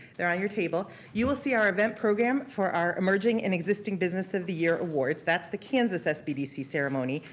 they're on your table, you will see our event program for our emerging and existing business of the year awards. that's the kansas sbdc ceremony,